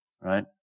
right